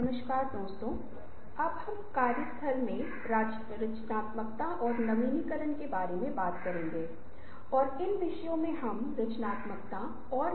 नमस्कार दोस्तों पिछले वार्ता में जहां हमने रचनात्मकता के सैद्धांतिक पहलू के बारे में बात की अब इस भाग में हम वास्तव में कुछ ऐसे उपकरणों को देख रहे हैं जो आपके द्वारा रचनात्मकता के लिए उपयोग किए जा सकते हैं